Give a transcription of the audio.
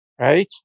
right